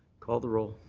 call the roll.